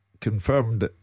confirmed